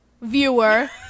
viewer